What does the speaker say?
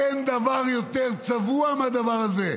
אין דבר יותר צבוע מהדבר הזה.